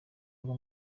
ngo